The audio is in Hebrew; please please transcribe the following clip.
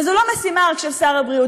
וזו לא משימה רק של שר הבריאות,